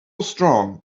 strong